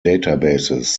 databases